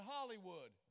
Hollywood